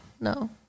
No